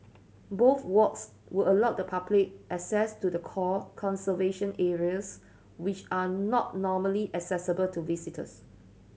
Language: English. both walks will allow the public access to the core conservation areas which are not normally accessible to visitors